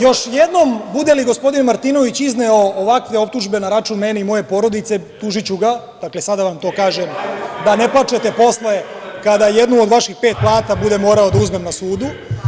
Još jednom bude li gospodin Martinović izneo ovakve optužbe na račun mene i moje porodice, tužiću ga, dakle, sada vam to kažem, da ne plačete posle kada jednu od vaših pet plata budem morao da uzmem na sudu.